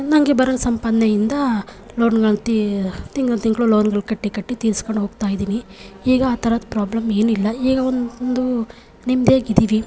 ನಂಗೆ ಬರೋ ಸಂಪಾದನೆಯಿಂದ ಲೋನುಗಳು ತಿಂಗ್ಳ ತಿಂಗ್ಳ ಲೋನುಗಳು ಕಟ್ಟಿ ಕಟ್ಟಿ ತೀರಿಸ್ಕೊಂಡೋಗ್ತಾಯಿದೀನಿ ಈಗ ಆ ಥರದ ಪ್ರಾಬ್ಲಮ್ ಏನಿಲ್ಲ ಈಗ ಒಂದು ನೆಮ್ಮದಿಯಾಗಿದೀವಿ